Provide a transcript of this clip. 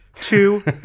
Two